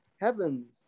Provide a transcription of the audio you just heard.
heaven